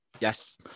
yes